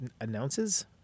Announces